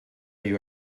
you